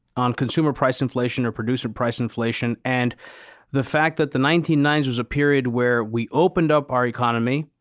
on consumer price inflation or producer price inflation? and the fact that the nineteen ninety s was a period where we opened up our economy,